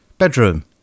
Bedroom